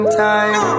time